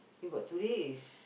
then but today is